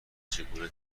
چگونه